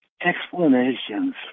explanations